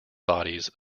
bodies